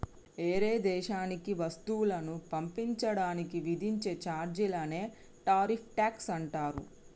ఏరే దేశానికి వస్తువులను పంపించడానికి విధించే చార్జీలనే టారిఫ్ ట్యాక్స్ అంటారు